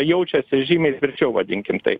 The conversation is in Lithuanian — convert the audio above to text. jaučiasi žymiai tvirčiau vadinkim taip